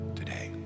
today